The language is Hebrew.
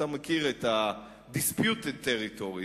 אתה מכיר את ה-disputed territories,